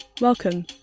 Welcome